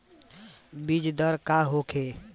बीजदर का होखे?